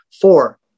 four